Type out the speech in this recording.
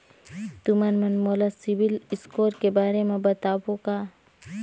तुमन मन मोला सीबिल स्कोर के बारे म बताबो का?